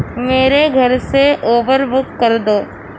میرے گھر سے اوبر بک کر دو